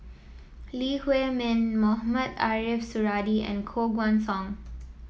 Lee Huei Min Mohamed Ariff Suradi and Koh Guan Song